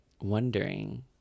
wondering